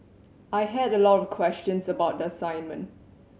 I had a lot of questions about the assignment